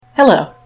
Hello